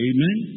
Amen